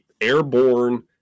airborne